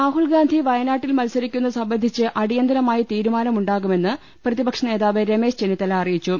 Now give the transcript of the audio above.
രാഹുൽഗാന്ധി വയനാട്ടിൽ മത്സരിക്കുന്നത് സംബന്ധിച്ച് അടി യന്തരമായി തീരുമാനമുണ്ടാകുമെന്ന് പ്രതിപക്ഷനേതാവ് രമേശ് ചെന്നിത്തല അറിയിച്ചു